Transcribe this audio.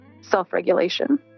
self-regulation